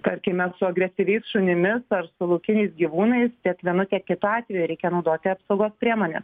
tarkime su agresyviais šunimis ar su laukiniais gyvūnais tiek vienu tiek kitu atveju reikia naudoti apsaugos priemones